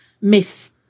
myths